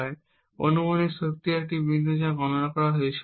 এবং অনুমানিক শক্তির একটি বিন্দু যা গণনা করা হয়েছিল